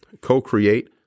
co-create